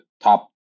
top